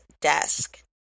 Desk